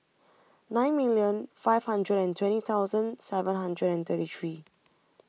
nine million five hundred and twenty thousand seven hundred and thirty three